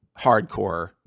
hardcore